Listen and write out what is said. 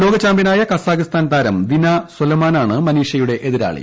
ലോക ചാമ്പ്യനായ കസാക്സ്ഥാൻ താരം ദിന സൊലമാനാണ് മനീഷയുടെ എതിരാളി